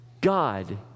God